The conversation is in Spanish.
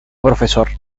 profesor